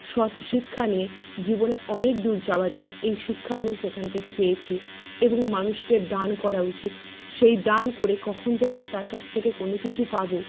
সৎ শিক্ষা নিয়ে জীবনে অনেক দূর যাওয়া যায় এই শিক্ষা আমি সেখান থেকে পেয়েছি এবং মানুষকে দান করা উচিত সেই দান করে কখন যে আমরা তার কাছ থেকে কোনো কিছু পাব